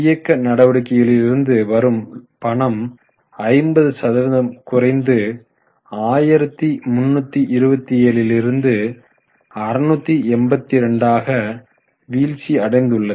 இயக்க நடவடிக்கைகளில் இருந்து வரும் பணம் 50 சதவீதம் குறைந்து 1327 லிருந்து 682 ஆக வீழ்ச்சி அடைந்துள்ளது